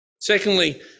Secondly